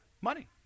money